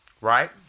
Right